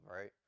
right